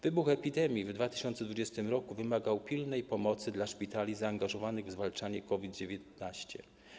Wybuch epidemii w 2020 r. wymagał pilnej pomocy szpitalom zaangażowanym w zwalczanie COVID-19.